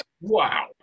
Wow